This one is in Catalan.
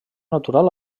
natural